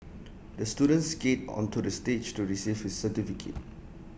the student skated onto the stage to receive his certificate